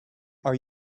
are